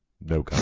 no